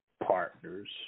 partners